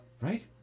Right